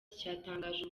cyatangaje